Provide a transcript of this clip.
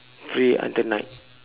free until night